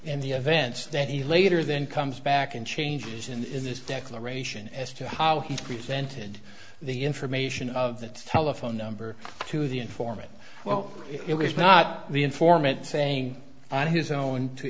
and the events that he later then comes back in changes in this declaration as to how he presented the information of the telephone number to the informant well it was not the informant saying that his own to